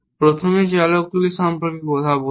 প্রথমে চলকগুলি সম্পর্কে কথা বলি